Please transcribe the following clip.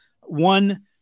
One